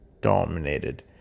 dominated